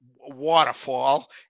waterfall